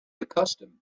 accustomed